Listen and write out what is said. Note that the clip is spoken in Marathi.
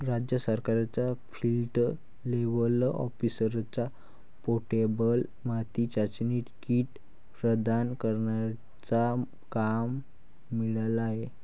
राज्य सरकारच्या फील्ड लेव्हल ऑफिसरला पोर्टेबल माती चाचणी किट प्रदान करण्याचा काम मिळाला आहे